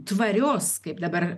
tvarios kaip dabar